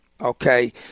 Okay